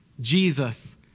Jesus